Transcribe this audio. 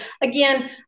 again